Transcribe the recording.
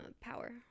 Power